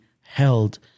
held